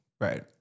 Right